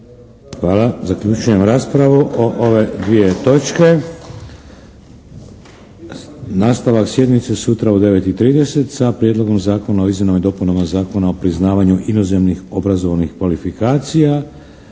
Hvala. Zaključujem raspravu o ove dvije točke. Nastavak sjednice sutra u 9 i 30 sa Prijedlogom zakona o izmjenama i dopunama Zakona o priznavanju inozemnih obrazovnih kvalifikacija